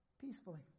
peacefully